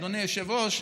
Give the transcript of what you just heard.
אדוני היושב-ראש,